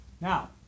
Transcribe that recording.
Now